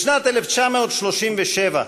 בשנת 1937,